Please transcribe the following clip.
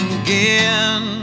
again